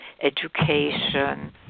education